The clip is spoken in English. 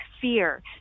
fear